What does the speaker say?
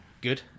Good